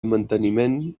manteniment